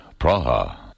Praha